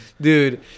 Dude